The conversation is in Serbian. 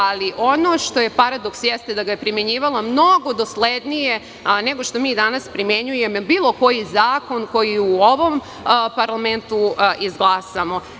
Ali, ono što je paradoks, jeste da ga je primenjivala mnogo doslednije nego što mi danas primenjujemo bilo koji zakon koji u ovom parlamentu izglasamo.